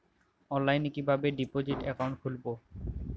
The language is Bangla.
অনলাইনে কিভাবে ডিপোজিট অ্যাকাউন্ট খুলবো?